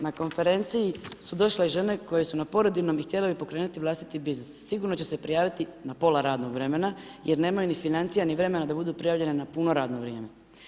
Na konferenciji su došle i žene koje su na porodiljnom i htjele bi pokrenuti vlastiti biznis, sigurnog će se prijaviti na pola radnog vremena, jer nemaju ni financija ni vremena da budu prijavljene na puno radno vrijeme.